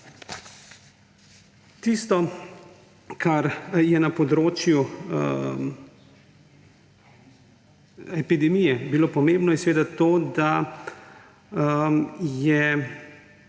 Tisto, kar je na področju epidemije bilo pomembno, je seveda to, da je